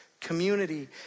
community